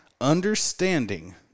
Understanding